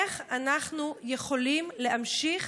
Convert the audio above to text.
איך אנחנו יכולים להמשיך